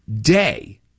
day